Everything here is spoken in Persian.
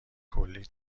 کلی